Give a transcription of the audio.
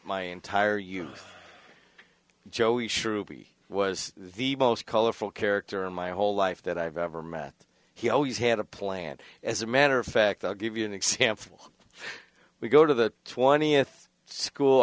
my entire you joey shrew was the most colorful character in my whole life that i've ever met he always had a plan as a matter of fact i'll give you an example we go to the twentieth school